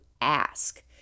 ask